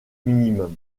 minimum